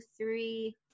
three